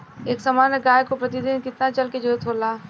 एक सामान्य गाय को प्रतिदिन कितना जल के जरुरत होला?